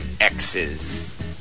exes